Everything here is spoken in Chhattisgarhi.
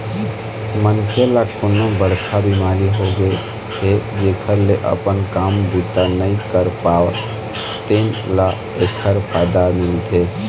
मनखे ल कोनो बड़का बिमारी होगे हे जेखर ले अपन काम बूता नइ कर पावय तेन ल एखर फायदा मिलथे